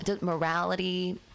morality